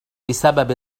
بسبب